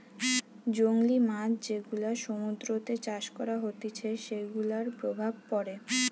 জংলী মাছ যেগুলা সমুদ্রতে চাষ করা হতিছে সেগুলার প্রভাব পড়ে